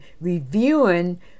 reviewing